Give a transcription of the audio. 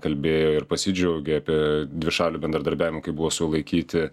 kalbėjo ir pasidžiaugė apie dvišalį bendradarbiavimą kai buvo sulaikyti